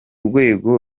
rwego